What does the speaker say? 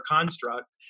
construct